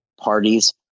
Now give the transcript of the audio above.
parties